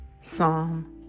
Psalm